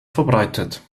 verbreitet